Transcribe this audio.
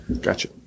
gotcha